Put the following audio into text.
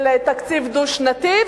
של תקציב דו-שנתי,